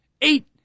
Eight